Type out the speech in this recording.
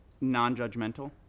Non-judgmental